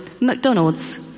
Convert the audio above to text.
McDonald's